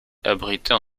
abritait